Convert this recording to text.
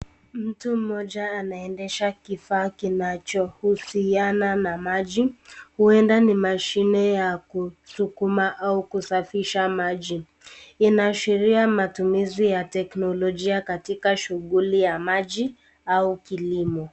Mtu mmoja anaendesha kifaa kinacho husiana na maji, uenda ni mashine ya kusukuma au kusafisha maji. Inaashiria matumizi ya teknolojia katika shughuli ya maji au kilimo.